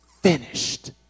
finished